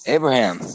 Abraham